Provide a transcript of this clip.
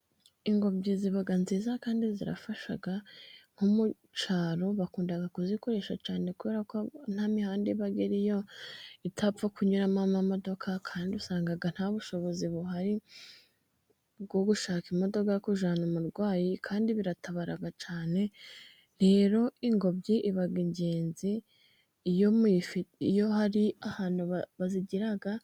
Ingobyi iba nziza kandi irafasha, nko mu cyaro bakunda kuyikoresha cyane, kubera ko nta mihanda iba iriyo, itapfa kunyuramo amamodoka kandi usanga nta bushobozi buhari bwo gushaka, imodoka yo kujyana umurwayi kandi biratabara cyane, rero ingobyi iba ingenzi iyo hari ahantu bayigira.